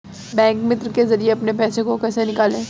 Bank मित्र के जरिए अपने पैसे को कैसे निकालें?